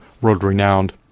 world-renowned